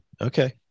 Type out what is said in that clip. Okay